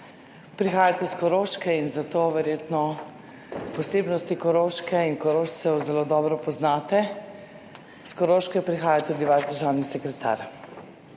Prihajate iz Koroške in zato verjetno posebnosti Koroške in Korošcev zelo dobro poznate. Iz Koroške prihaja tudi vaš državni sekretar.